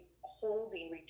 holding